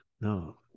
no